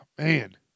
Man